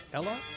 ella